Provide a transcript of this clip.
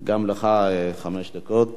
גם לך חמש דקות.